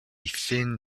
thin